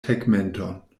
tegmenton